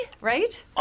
right